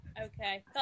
Okay